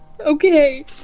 Okay